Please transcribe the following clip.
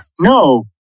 No